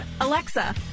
Alexa